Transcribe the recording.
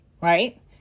Right